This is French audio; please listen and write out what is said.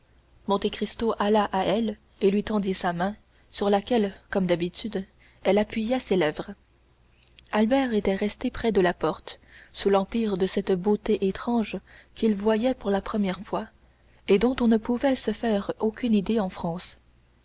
elle monte cristo alla à elle et lui tendit sa main sur laquelle comme d'habitude elle appuya ses lèvres albert était resté près de la porte sous l'empire de cette beauté étrange qu'il voyait pour la première fois et dont on ne pouvait se faire aucune idée en france